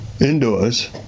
indoors